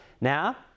Now